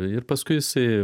ir paskui jisai